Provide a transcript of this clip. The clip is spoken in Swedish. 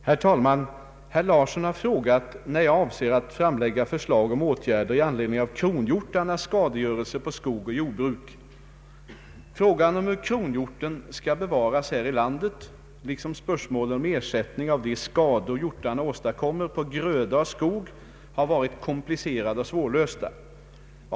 Herr talman! Herr Thorsten Larsson har frågat när jag avser att framlägga förslag om åtgärder i anledning av kronhjortarnas skadegörelse på skog och jordbruk. Frågan om hur kronhjorten skall bevaras här i landet liksom spörsmålen om ersättning av de skador hjortarna åstadkommer på gröda och skog har varit komplicerade och svårlösta.